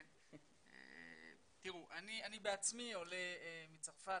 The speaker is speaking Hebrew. אני בעצמי עולה מצרפת.